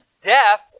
deaf